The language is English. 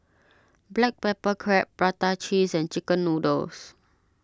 Black Pepper Crab Prata Cheese and Chicken Noodles